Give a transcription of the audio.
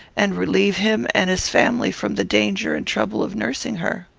and relieve him and his family from the danger and trouble of nursing her.